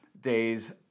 days